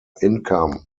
income